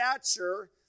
stature